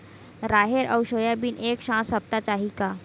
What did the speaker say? राहेर अउ सोयाबीन एक साथ सप्ता चाही का?